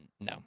no